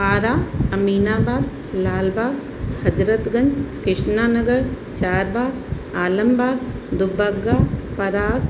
पारां अमीनाबाद लालबाग़ हज़रतगंज कृष्ना नगर चारबाग़ आलमबाग़ दुबग्गा पराग